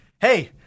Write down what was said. hey